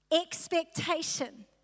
expectation